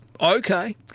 Okay